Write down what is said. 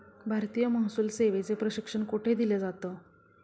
भारतीय महसूल सेवेचे प्रशिक्षण कोठे दिलं जातं?